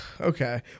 Okay